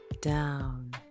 down